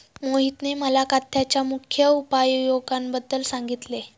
मोहितने मला काथ्याच्या मुख्य उपयोगांबद्दल सांगितले